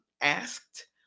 asked